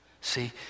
See